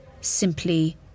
simply